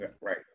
right